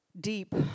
deep